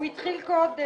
הוא התחיל קודם.